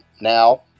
Now